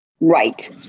Right